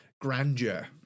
grandeur